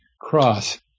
cross